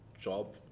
job